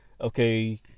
okay